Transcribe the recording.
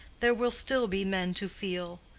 there will still be men to feel,